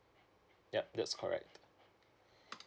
yup that's correct